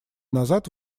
назад